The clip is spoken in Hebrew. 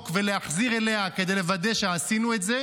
ולהחזיר אליה כדי לוודא שעשינו את זה.